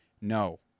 no